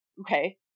Okay